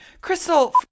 crystal